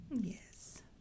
yes